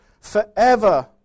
forever